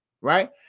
right